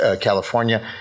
California